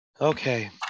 Okay